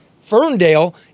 Ferndale